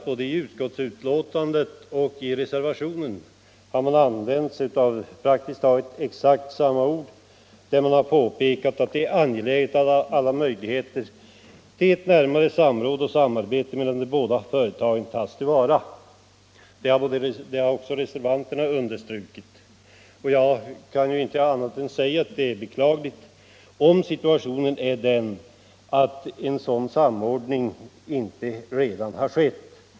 Både i utskottsbetänkandet och i reservationen I har man använt praktiskt taget exakt samma ord för att framhålla att det är angeläget att alla möjligheter till ett närmare samråd och samarbete mellan de två företagen tas till vara. Jag vill bara säga att om en sådan samordning inte redan skett, är det beklagligt.